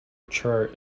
chart